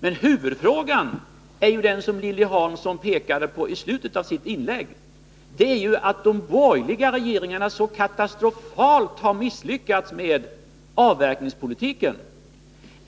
Huvudfrågan är den som Lilly Hansson pekade på i slutet av sitt inlägg, att de borgerliga regeringarna så katastrofalt har misslyckats med avverkningspolitiken.